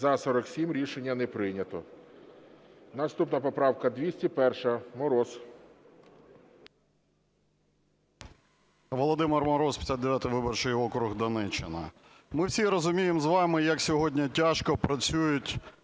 За-47 Рішення не прийнято. Наступна поправка 201, Мороз. 12:34:28 МОРОЗ В.В. Володимир Мороз, 59 виборчий округ, Донеччина. Ми всі розуміємо з вами, як сьогодні тяжко працюють